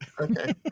okay